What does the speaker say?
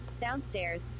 Downstairs